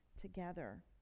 together